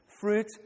Fruit